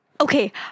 okay